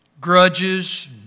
grudges